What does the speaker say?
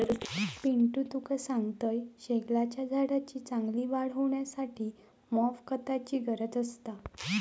पिंटू तुका सांगतंय, शेगलाच्या झाडाची चांगली वाढ होऊसाठी मॉप खताची गरज असता